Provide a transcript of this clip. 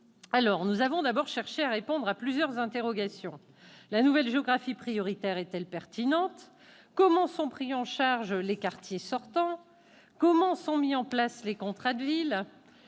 réalisé. Nous avons cherché à répondre à plusieurs interrogations : la nouvelle géographie prioritaire est-elle pertinente ? Comment sont pris en charge les quartiers sortants ? Comment sont mis en place les contrats de ville ?